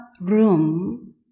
room